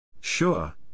Sure